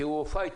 כי הוא פייטר,